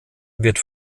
wird